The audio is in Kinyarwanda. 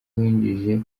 winjije